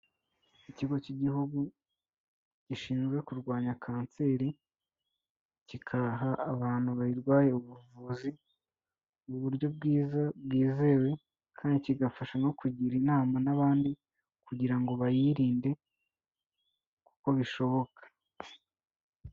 Ikigo cy'igihugu gishinzwe kurwanya kanseri, kiha abantu bayirwaye ubuvuzi mu buryo bwiza bwizewe kandi kigafasha no kugira inama n'abandi kugira ngo bayirinde kuko bishoboka.